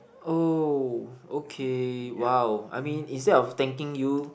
oh okay !wow! I mean instead of thanking you